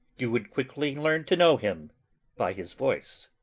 you would quickly learn to know him by his voice.